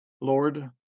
Lord